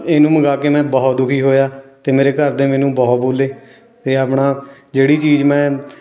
ਇਹਨੂੰ ਮੰਗਵਾ ਕੇ ਮੈਂ ਬਹੁਤ ਦੁਖੀ ਹੋਇਆ ਅਤੇ ਮੇਰੇ ਘਰ ਦੇ ਮੈਨੂੰ ਬਹੁਤ ਬੋਲੇ ਅਤੇ ਆਪਣਾ ਜਿਹੜੀ ਚੀਜ਼ ਮੈਂ